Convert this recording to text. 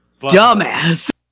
dumbass